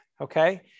okay